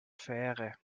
fähre